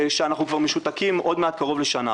שאנחנו כבר משותקים עוד מעט קרוב לשנה,